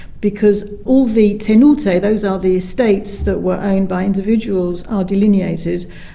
because all the tenuta, those are the estates that were owned by individuals, are delineated,